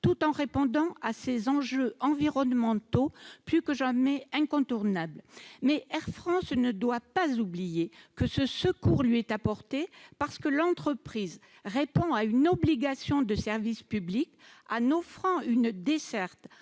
tout en répondant à des enjeux environnementaux plus que jamais incontournables. Mais Air France ne doit pas oublier que ce secours lui est apporté parce que l'entreprise répond à une obligation de service public en offrant une desserte